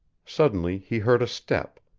suddenly he heard a step,